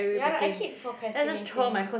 ya like I keep procrastinating